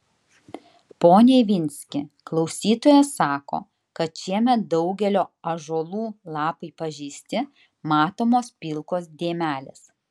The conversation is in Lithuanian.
pone ivinski klausytojas sako kad šiemet daugelio ąžuolų lapai pažeisti matomos pilkos dėmelės